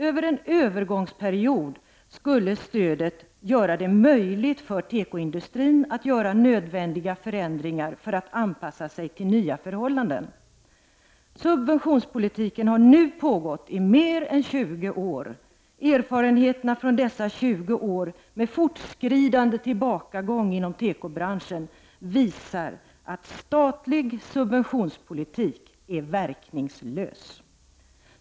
Under en övergångsperiod skulle stödet göra det möjligt för tekoindustrin att åstadkomma nödvändiga förändringar för att den skulle kunna anpassa sig till nya förhållanden. Subventionspolitiken har nu pågått i mer än 20 år. Erfarenheterna från dessa 20 år med en fortskridande tillbakagång inom tekobranschen visar att statlig subventionspolitik är verkningslös.